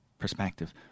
perspective